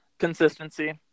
consistency